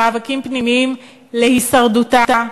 במאבקים פנימיים על הישרדותה,